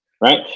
Right